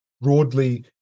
broadly